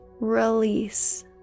release